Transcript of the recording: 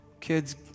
Kids